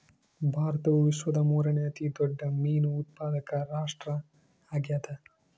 ಭಾರತವು ವಿಶ್ವದ ಮೂರನೇ ಅತಿ ದೊಡ್ಡ ಮೇನು ಉತ್ಪಾದಕ ರಾಷ್ಟ್ರ ಆಗ್ಯದ